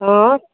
हां